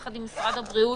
יחד עם משרד הבריאות,